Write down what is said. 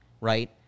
right